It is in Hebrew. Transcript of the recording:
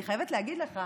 אני חייבת להגיד לך